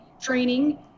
training